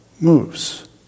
moves